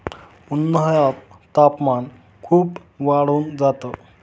उन्हाळ्यात तापमान खूप वाढून जात